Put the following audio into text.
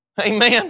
Amen